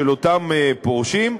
של אותם פורשים,